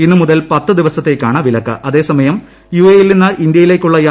ഇന്ന് മുതൽ പത്ത് ദിവസത്തേക്കാണ് വില അതേസമയം യുഎഇ യിൽ നിന്ന് ഇന്ത്യയിലേക്കുള്ള ക്ക്